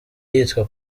yitwa